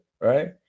right